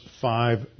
five